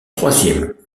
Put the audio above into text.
troisième